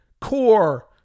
core